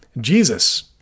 Jesus